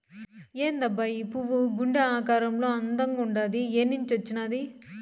ఏందబ్బా ఈ పువ్వు గుండె ఆకారంలో అందంగుండాది ఏన్నించొచ్చినాది